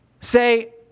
say